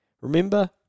Remember